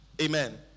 Amen